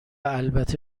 البته